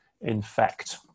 infect